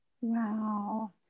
Wow